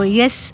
yes